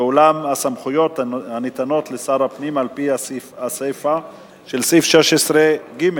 ואולם הסמכויות הנתונות לשר הפנים על-פי הסיפא של סעיף 16(ג)